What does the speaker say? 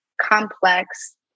complex